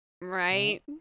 Right